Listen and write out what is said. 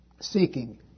seeking